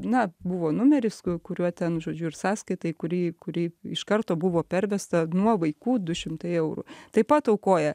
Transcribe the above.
na buvo numeris kuriuo ten žodžiu ir sąskaitai kuri kuri iš karto buvo pervesta nuo vaikų du šimtai eurų taip pat aukoja